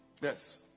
Yes